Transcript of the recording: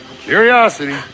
curiosity